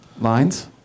Lines